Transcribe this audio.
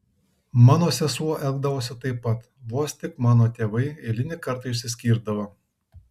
mano sesuo elgdavosi taip pat vos tik mano tėvai eilinį kartą išsiskirdavo